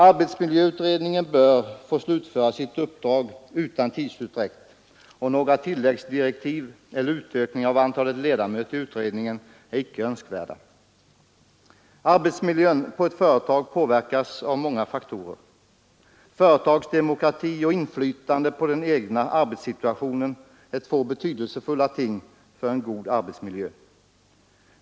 Arbetsmiljöutredningen bör få slutföra sitt uppdrag utan tidsutdräkt, och några tilläggsdirektiv eller någon utökning av antalet ledamöter i utredningen är icke önskvärt. Arbetsmiljön på ett företag påverkas av många faktorer. Företagsdemokrati och inflytande på den egna arbetssituationen är två betydelsefulla ting för en god arbetsmiljö.